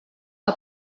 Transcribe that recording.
que